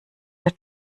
der